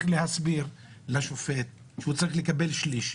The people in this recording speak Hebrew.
להסביר לשופט שהוא צריך לקבל שליש,